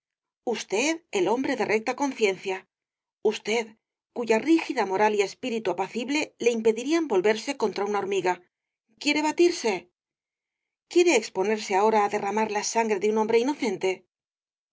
usted el hombre de recta conciencia usted cuya rígida moral y espíritu apacible le impedirían volverse contra una hormiga quiere batirse quiere exponerse ahora á derramar la sangre de un hombre inocente